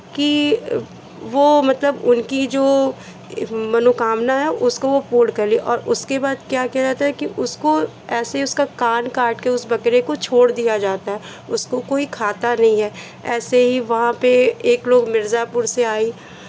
कि वो मतलब उनकी जो मनोकामना है उसको वो पूर्ण करे और उसके बाद क्या किया जाता है कि उसको ऐसे ही उसका कान काट के उस बकरे को छोड़ दिया जाता है उसको कोई खाता नहीं है ऐसे ही वहाँ पे एक लोग मिर्ज़ापुर से आई